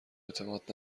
اعتماد